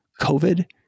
COVID